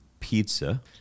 pizza